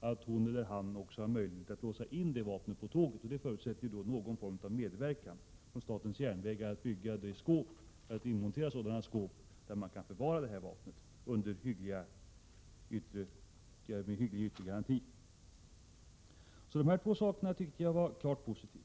att hon eller han kan låsa in det vapnet på tåget, och det förutsätter någon form av medverkan från statens järnvägar i fråga om att inmontera skåp där vapen kan förvaras, med hygglig yttre garanti. Dessa två punkter tycker jag var något klart positivt.